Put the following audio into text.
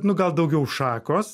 nu gal daugiau šakos